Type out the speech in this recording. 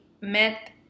met